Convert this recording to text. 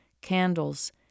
candles—